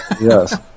yes